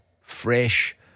fresh